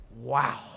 wow